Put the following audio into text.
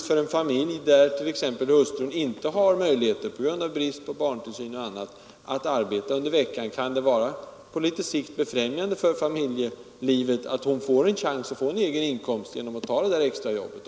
För en familj, där hustrun på grund av bristande barntillsyn eller av andra skäl inte har möjlighet att arbeta under veckan, kan det på litet sikt vara till fördel för familjelivet att hon får en chans till egen inkomst genom att ta ett extrajobb.